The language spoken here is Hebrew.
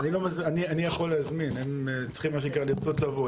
אני יכול להזמין, הם צריכים מה שנקרא לרצות לבוא.